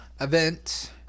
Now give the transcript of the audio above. event